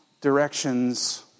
directions